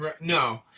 No